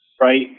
right